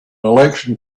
election